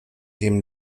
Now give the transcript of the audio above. dem